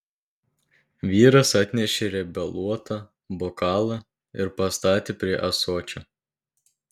vyras atnešė riebaluotą bokalą ir pastatė prie ąsočio